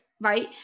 Right